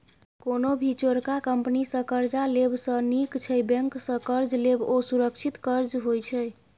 कोनो भी चोरका कंपनी सँ कर्जा लेब सँ नीक छै बैंक सँ कर्ज लेब, ओ सुरक्षित कर्ज होइत छै